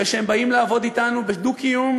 אחרי שהם באים לעבוד אתנו בדו-קיום,